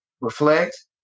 reflect